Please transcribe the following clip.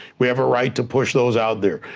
we have a right to push those out there,